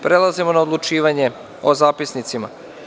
Prelazimo na odlučivanje o zapisnicima.